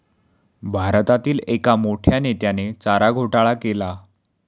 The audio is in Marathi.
भारतातील एक मोठ्या नेत्याने चारा घोटाळा केला